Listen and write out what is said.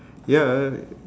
ya